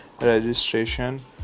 registration